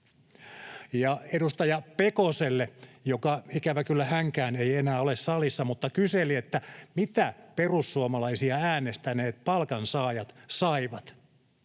Ja edustaja Pekoselle, joka ikävä kyllä hänkään ei enää ole salissa mutta joka kyseli, mitä perussuomalaisia äänestäneet palkansaajat saivat: